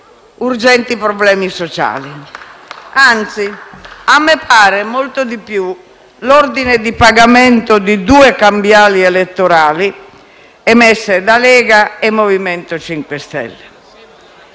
Gruppo PD)*. Anzi, a me pare molto di più l'ordine di pagamento di due cambiali elettorali emesse da Lega e MoVimento 5 Stelle.